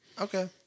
Okay